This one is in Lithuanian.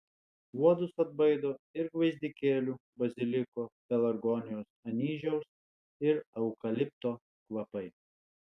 uodus atbaido ir gvazdikėlių baziliko pelargonijos anyžiaus ir eukalipto kvapai